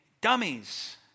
dummies